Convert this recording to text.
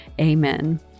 amen